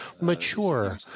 mature